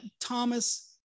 Thomas